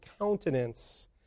countenance